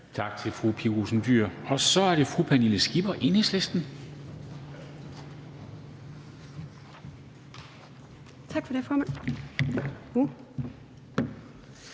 Tak til fru Pia Olsen Dyhr. Så er det fru Pernille Skipper, Enhedslisten. Kl. 13:48 Spm.